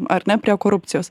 ar ne prie korupcijos